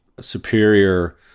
superior